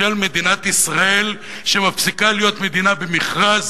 של מדינת ישראל שמפסיקה להיות מדינה במכרז